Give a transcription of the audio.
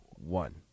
One